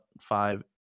five